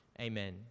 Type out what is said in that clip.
Amen